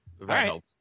Right